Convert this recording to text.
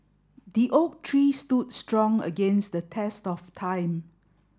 the oak tree stood strong against the test of time